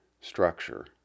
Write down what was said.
structure